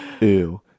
ew